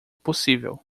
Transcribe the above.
possível